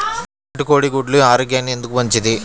నాటు కోడి గుడ్లు ఆరోగ్యానికి ఎందుకు మంచిది?